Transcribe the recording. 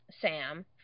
Sam